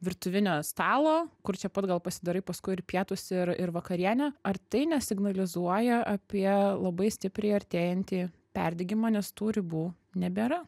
virtuvinio stalo kur čia pat gal pasidarai paskui ir pietus ir ir vakarienę ar tai nesignalizuoja apie labai stipriai artėjantį perdegimą nes tų ribų nebėra